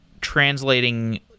translating